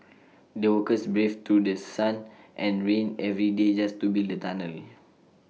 the workers braved through The Sun and rain every day just to build the tunnel